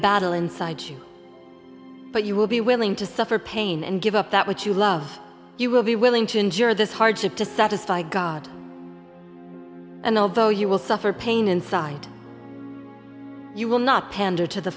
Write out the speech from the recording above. battle inside you but you will be willing to suffer pain and give up that which you love you will be willing to endure this hardship to satisfy god and although you will suffer pain inside you will not pander to the